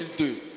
2002